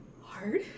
hard